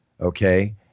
okay